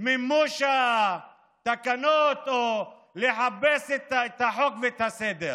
מימוש התקנות או חיפוש החוק והסדר.